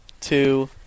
two